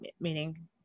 meaning